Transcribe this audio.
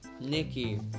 Nikki